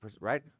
right